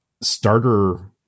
starter